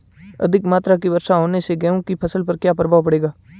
अधिक मात्रा की वर्षा होने से गेहूँ की फसल पर क्या प्रभाव पड़ेगा?